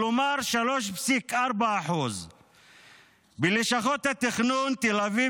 כלומר 3.4%. בלשכות התכנון תל אביב